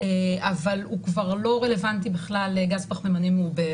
אבל הוא כבר לא רלוונטי בכלל לגז פחמימני מעובה.